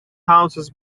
houses